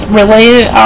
related